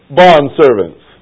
bondservants